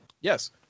Yes